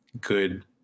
good